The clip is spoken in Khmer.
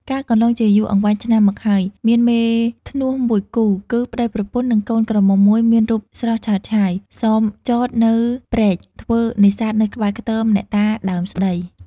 កាលកន្លងជាយូរអង្វែងឆ្នាំមកហើយ មានមេធ្នស់មួយគូ គឺប្ដីប្រពន្ធ និងកូនក្រមុំមួយ មានរូបស្រស់ឆើតឆាយ សំចតនៅព្រែក ធ្វើនេសាទនៅក្បែរខ្ទមអ្នកតាដើមស្តី ។